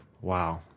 wow